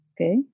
Okay